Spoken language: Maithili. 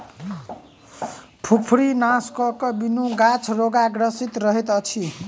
फुफरीनाशकक बिनु गाछ रोगग्रसित रहैत अछि